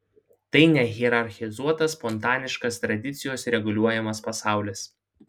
tai nehierarchizuotas spontaniškas tradicijos reguliuojamas pasaulis